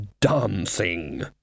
Dancing